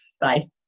Bye